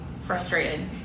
frustrated